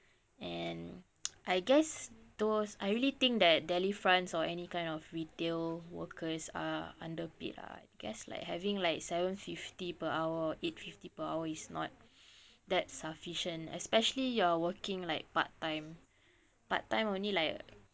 and I guess those I really think that delifrance or any kind of retail workers are underpaid ah I guess like having like seven fifty per hour or eight fifty per hour is not that sufficient especially you're working like part time part time only like